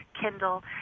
Kindle